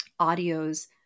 audios